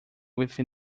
within